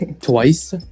twice